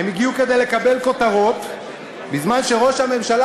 הם הגיעו כדי לקבל כותרות, בזמן שראש הממשלה